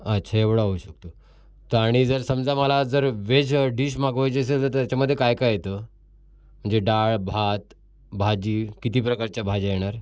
अच्छा एवढा होऊ शकतो तर आणि जर समजा मला जर वेज डिश मागवायची असेल तर त्याच्यामध्ये काय काय येतं म्हणजे डाळ भात भाजी किती प्रकारच्या भाज्या येणार